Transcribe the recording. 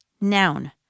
noun